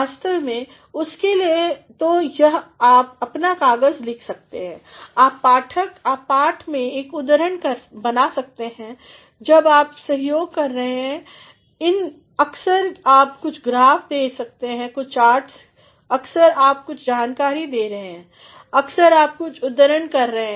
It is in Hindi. वास्तव में उसके लिए या तो जब आप अपना कागज़ लिख रहे हैं आप पाठ में एक उद्धरण बना सकते हैं जब आप सहयोग कर रहे हिन् अक्सर आप कुछ ग्राफ दे रहे हैं कुछ चार्ट्स के साथ अक्सर आप कुछ जानकारी दे रहे हैं अक्सर आप कुछ उद्धरण दे रहे हैं